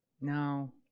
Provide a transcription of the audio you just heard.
No